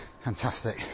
Fantastic